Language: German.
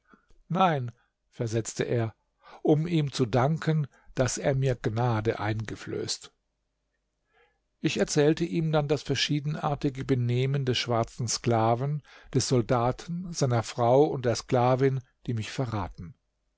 nein versetzte er um ihm zu danken daß er mir gnade eingeflößt ich erzählte ihm dann das verschiedenartige benehmen des schwarzen sklaven des soldaten seiner frau und der sklavin die mich verraten